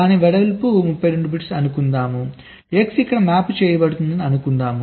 దాని వెడల్పు 32 అనుకుందాం X ఇక్కడ మ్యాప్ చేయబడుతుందని అనుకుందాం